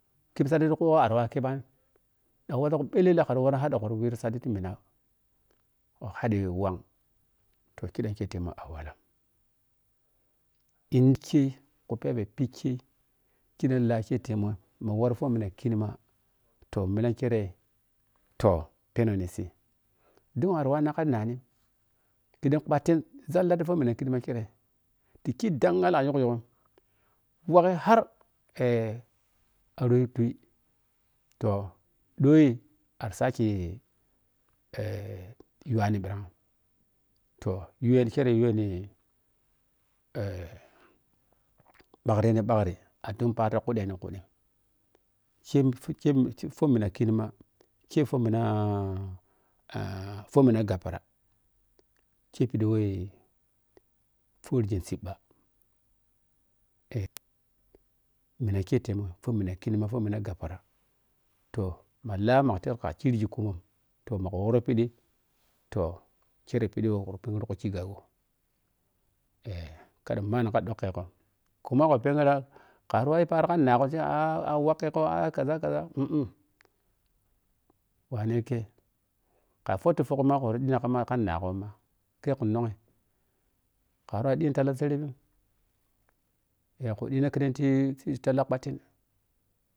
Khebi saƌi ti khuo ari wow khebani dan wɔssegho ɓelela khari wori har ƌa khawori wiri sadi ti mina gho toh haƌigi wang toh kidam keiyi tebmun əwakam. Inkhe khu phebe pikkeh kiƌam to lakei tehmo ma woro poh mina kenma toh milang khire toh penou ninsi dung ari wanna kha nnanim kedo kpattin zalla ti poh mina kinmaki ta khi dangal milang kirei o yogyay waghi har arou yutu toh ƌoi ari saki yuwani ɓirang toh yuweini kereng yuweini bagreni-bggri atep patam kudeni kuƌim kei poh mina kinma kei poh mina gabpara kei piƌi wei phonigin sibɓa mina kei temou poh mina kinma-poh mina gabpara toh ma la ka teb kakirigi kumom toh mohcho worri piƌi toh khere pid who kara pɛnwuru kha kigha gbo kaƌa ma mamanni dokha ghom kuma kha pɛngra khara worri yu paro kha naghom waghagho kazi kaza wane khe ka photu phokghimma ka worin ƌina kha ma naghomma khe khu nongyi khara wori dina ti talla serebyi khu dina keƌeng tii ti talla kpattin